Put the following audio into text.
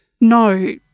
No